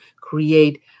create